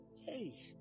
Hey